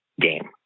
game